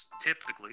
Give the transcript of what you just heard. typically